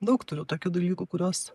daug turiu tokių dalykų kuriuos